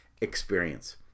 experience